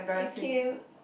I came